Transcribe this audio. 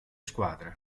squadre